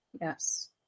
Yes